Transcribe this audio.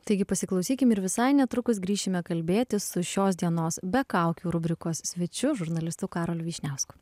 taigi pasiklausykim ir visai netrukus grįšime kalbėtis su šios dienos be kaukių rubrikos svečiu žurnalistu karoliu vyšniausku